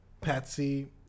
Patsy